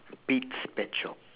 pete's pet shop